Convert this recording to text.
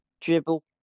Dribble